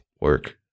work